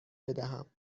بدهم